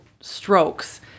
strokes